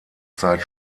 zeit